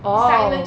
orh